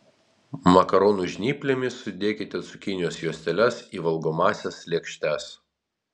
makaronų žnyplėmis sudėkite cukinijos juosteles į valgomąsias lėkštes